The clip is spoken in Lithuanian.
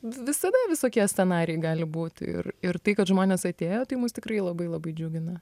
visada visokie scenarijai gali būti ir ir tai kad žmonės atėjo tai mus tikrai labai labai džiugina